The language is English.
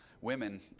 Women